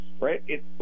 right